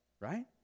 right